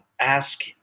Ask